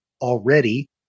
already